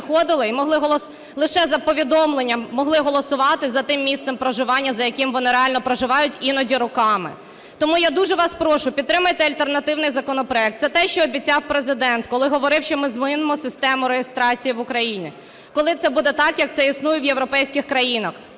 і могли… лише за повідомленням могли голосувати за тим місцем проживання, за яким вони реально проживають іноді роками. Тому я дуже вас прошу, підтримайте альтернативний законопроект. Це те, що обіцяв Президент, коли говорив, що ми змінимо систему реєстрації в Україні. Коли це буде так, як це існує в європейських країнах: